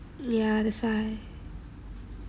ya that's why